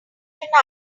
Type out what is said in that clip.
tonight